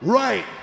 right